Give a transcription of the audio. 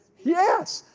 yes,